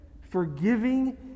forgiving